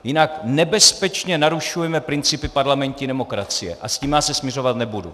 Jinak nebezpečně narušujeme principy parlamentní demokracie a s tím já se smiřovat nebudu.